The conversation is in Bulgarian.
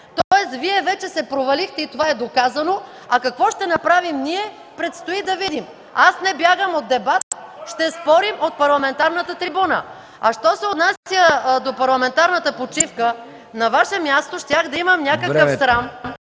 Тоест, Вие вече се провалихте и това е доказано, а какво ще направим ние, предстои да видим. Аз не бягам от дебати, ще спорим от парламентарната трибуна. Що се отнася до парламентарната почивка, на Ваше място щях да имам някакъв срам